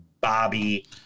Bobby